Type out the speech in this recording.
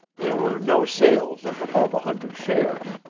there were no sales of above a hundred shares,